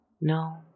No